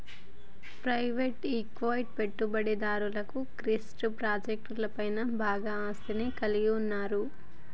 private equity పెట్టుబడిదారులు crypto ప్రాజెక్టులపై బాగా ఆసక్తిని కలిగి ఉన్నరు